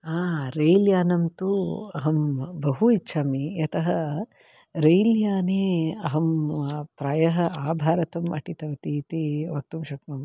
रैल्यानं तु अहं बहु इच्छामि यतः रैल्याने अहं प्रायः आभारतम् अटितवती इति वक्तुं शक्नोमि